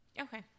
Okay